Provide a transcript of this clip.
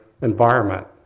environment